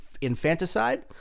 infanticide